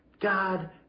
God